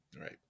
right